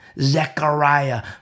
Zechariah